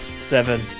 Seven